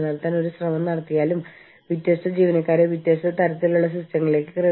പിന്നെ മറ്റൊരു സമീപനം ഒരു പടി കൂടി മുന്നോട്ട് കടന്ന് ഒരു സഹകരണത്തിലേക്കുള്ള ഒരു ചുവട് വെയ്ക്കുന്നു